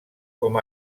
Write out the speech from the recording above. com